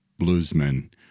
bluesmen